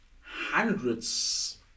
hundreds